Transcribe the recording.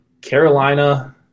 Carolina